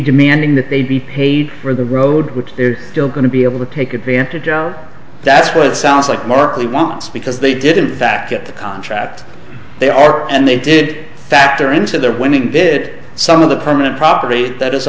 demanding that they be paid for the road which they're still going to be able to take advantage out that's what it sounds like markley wants because they didn't back at the contract they are and they did factor into their winning bid some of the permanent property that is